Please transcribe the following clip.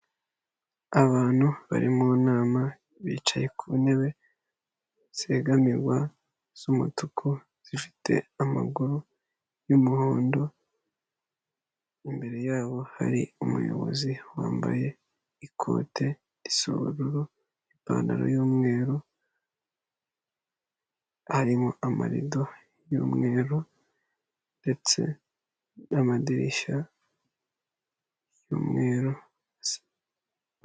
Abantu bari mu nama bicaye ku ntebe zegamirwa z'umutuku zifite amaguru y'umuhondo, imbere yabo hari umuyobozi wambaye ikote risa ubururu ipantalo y'umweru harimo amarido y'umweru ndetse n'amadirishya y'umweru.